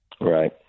Right